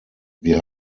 wir